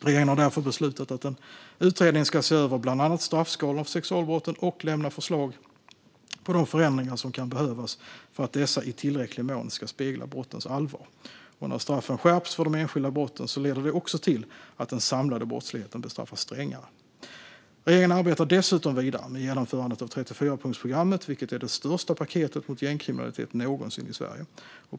Regeringen har därför beslutat att en utredning ska se över bland annat straffskalorna för sexualbrotten och lämna förslag på de förändringar som kan behövas för att dessa i tillräcklig mån ska spegla brottens allvar. När straffen skärps för de enskilda brotten leder det också till att den samlade brottsligheten bestraffas strängare. Regeringen arbetar dessutom vidare med genomförandet av 34-punktsprogrammet, vilket är det största paketet mot gängkriminaliteten någonsin i Sverige.